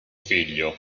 figlio